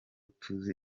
tuzi